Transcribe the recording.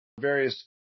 various